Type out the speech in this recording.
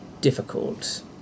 difficult